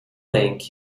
link